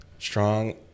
Strong